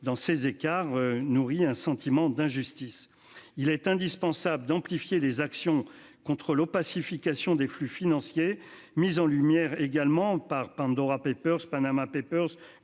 dans ces écarts nourrit un sentiment d'injustice. Il est indispensable d'amplifier les actions contre l'opacification des flux financiers mis en lumière également par Pandora Papers Panama Papers